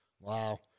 wow